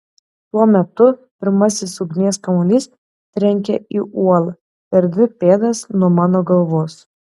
tuo metu pirmasis ugnies kamuolys trenkia į uolą per dvi pėdas nuo mano galvos